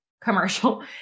commercial